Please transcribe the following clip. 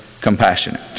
compassionate